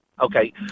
Okay